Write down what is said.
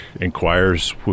inquires